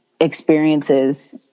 experiences